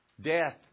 Death